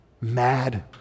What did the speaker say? mad